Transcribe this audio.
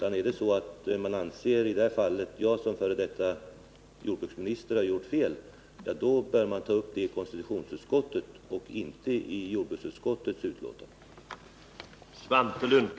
Anser man att någon —-i detta fall jag som f. d. jordbruksminister — har gjort fel, då bör man ta upp det inför konstitutionsutskottet och inte i jordbruksutskottets betänkande.